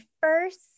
first